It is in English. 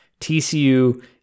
TCU